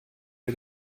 wir